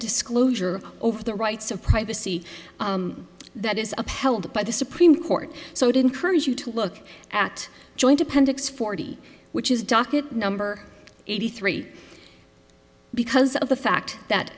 disclosure over the rights of privacy that is upheld by the supreme court so it encourages you to look at joint appendix forty which is docket number eighty three because of the fact that